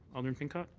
alderman pincott?